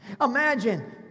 Imagine